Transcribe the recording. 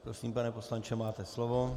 Prosím, pane poslanče, máte slovo.